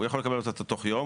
הוא יכול לקבל אותה תוך יום,